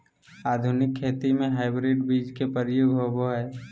आधुनिक खेती में हाइब्रिड बीज के प्रयोग होबो हइ